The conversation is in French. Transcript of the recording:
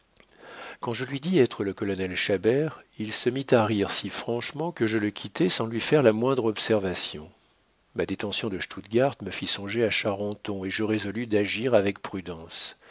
quand je lui dis être le colonel chabert il se mit à rire si franchement que je le quittai sans lui faire la moindre observation ma détention de stuttgard me fit songer à charenton et je résolus d'agir avec prudence